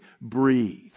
Breathe